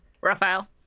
Raphael